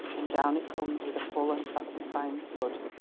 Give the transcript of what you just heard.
and down it comes with a full and satisfying thud.